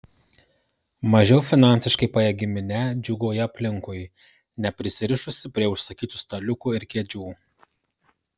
mažiau finansiškai pajėgi minia džiūgauja aplinkui neprisirišusi prie užsakytų staliukų ir kėdžių